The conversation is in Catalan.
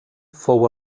fou